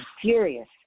furious